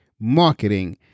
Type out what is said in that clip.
marketing